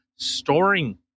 storing